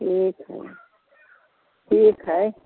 ठीक हय ठीक हय